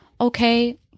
okay